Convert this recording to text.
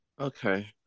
Okay